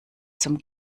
zum